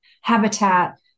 habitat